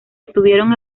estuvieron